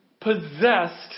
possessed